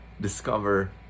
discover